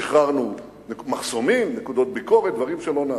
שחררנו מחסומים, נקודות ביקורת, דברים שלא נעשו,